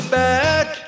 back